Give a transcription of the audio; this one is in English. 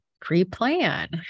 pre-plan